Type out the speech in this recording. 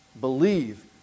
Believe